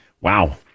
Wow